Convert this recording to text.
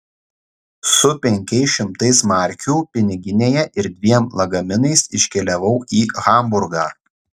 su penkiais šimtais markių piniginėje ir dviem lagaminais iškeliavau į hamburgą